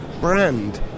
brand